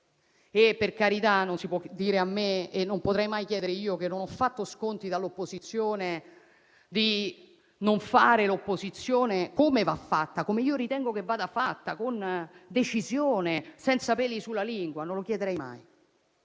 e, per carità, non mi si può dire né potrei mai chiederlo io - che non ho fatto sconti dall'opposizione - di non fare l'opposizione come va fatta e come ritengo che vada fatta, con decisione, senza peli sulla lingua. Non lo chiederei mai.